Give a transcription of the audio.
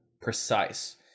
precise